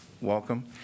Welcome